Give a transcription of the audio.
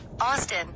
Austin